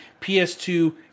PS2